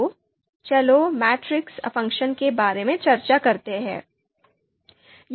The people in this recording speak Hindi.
तो चलो मैट्रिक्स फ़ंक्शन के बारे में चर्चा करते हैं